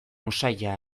usaina